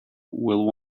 will